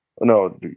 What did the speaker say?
No